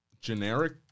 generic